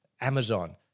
Amazon